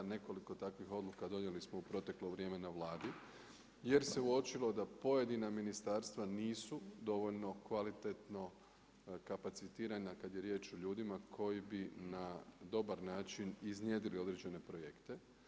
Nekoliko takvih odluka donijeli smo u proteklo vrijeme na Vladi jer se uočilo da pojedina ministarstva nisu dovoljno kvalitetno kapacitirana kada je riječ o ljudima koji bi na dobar način iznjedrio određene projekte.